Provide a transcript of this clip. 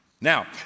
Now